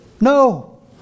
no